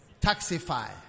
Taxify